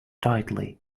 tightly